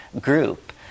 group